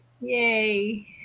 yay